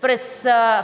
През